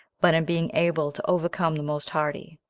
but in being able to overcome the most hardy.